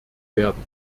werden